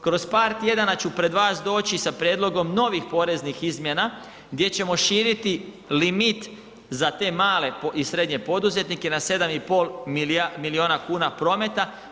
Kroz par tjedana ću pred vas doći sa prijedlogom novih poreznih izmjena gdje ćemo širiti limit za te male i srednje poduzetnike na 7,5 milijuna kuna prometa.